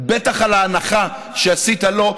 בטח על ההנחה שעשית לו,